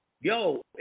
Yo